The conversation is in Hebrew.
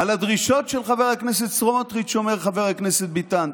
על הדרישות של חבר הכנסת סמוטריץ' אומר חבר הכנסת ביטן,